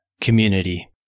community